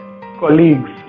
colleagues